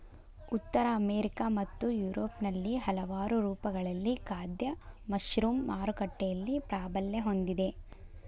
ಉತ್ತರ ಅಮೆರಿಕಾ ಮತ್ತು ಯುರೋಪ್ನಲ್ಲಿ ಹಲವಾರು ರೂಪಗಳಲ್ಲಿ ಖಾದ್ಯ ಮಶ್ರೂಮ್ ಮಾರುಕಟ್ಟೆಯಲ್ಲಿ ಪ್ರಾಬಲ್ಯ ಹೊಂದಿದೆ